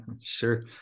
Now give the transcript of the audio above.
Sure